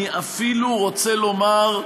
אני אפילו רוצה לומר,